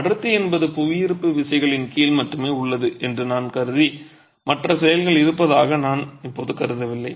அடர்த்தி என்பது புவியீர்ப்பு விசைகளின் கீழ் மட்டுமே உள்ளது என்று நான் கருதி மற்ற செயல்கள் இருப்பதாக நான் இப்போது கருதவில்லை